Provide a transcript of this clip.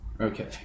Okay